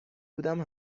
بودم